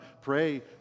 pray